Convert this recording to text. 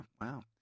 Wow